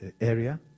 area